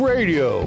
Radio